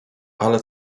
ale